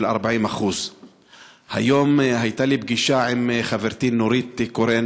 40%. היום הייתה לי ולחברתי נורית קורן